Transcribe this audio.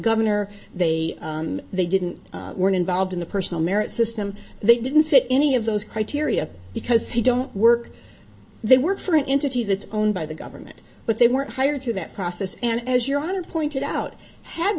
governor they they didn't were involved in the personal merit system they didn't fit any of those criteria because he don't work they work for an interview that's owned by the government but they weren't hired through that process and as your honor pointed out had